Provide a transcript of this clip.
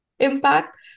Impact